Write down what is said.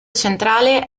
centrale